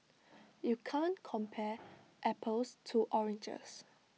you can't compare apples to oranges